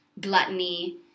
gluttony